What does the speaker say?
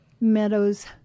Meadows